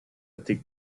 thick